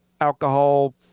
alcohol